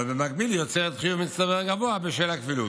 אבל במקביל היא יוצרת חיוב מצטבר גבוה בשל הכפילות.